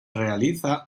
realiza